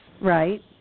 right